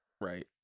Right